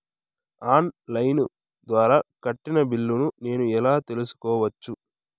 On line ద్వారా కట్టిన బిల్లును నేను ఎలా తెలుసుకోవచ్చు?